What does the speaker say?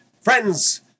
Friends